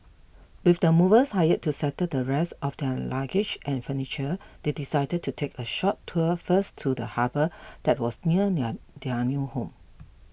with the movers hired to settle the rest of their luggage and furniture they decided to take a short tour first to the harbour that was near near their new home